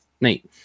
neat